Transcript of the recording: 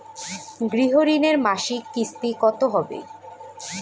গৃহ ঋণের মাসিক কিস্তি কত হবে?